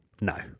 No